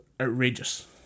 outrageous